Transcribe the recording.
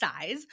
size